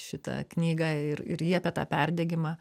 šitą knygą ir ir ji apie tą perdegimą